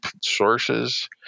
sources